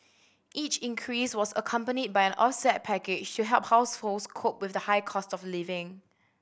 each increase was accompanied by an offset package to help households cope with the highcost of living